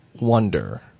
wonder